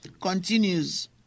continues